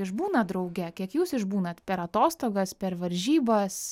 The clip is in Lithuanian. išbūnat drauge kiek jūs išbūnat per atostogas per varžybas